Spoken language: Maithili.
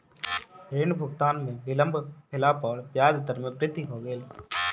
ऋण भुगतान में विलम्ब भेला पर ब्याज दर में वृद्धि भ गेल